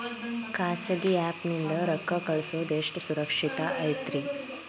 ಖಾಸಗಿ ಆ್ಯಪ್ ನಿಂದ ರೊಕ್ಕ ಕಳ್ಸೋದು ಎಷ್ಟ ಸುರಕ್ಷತಾ ಐತ್ರಿ?